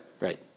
right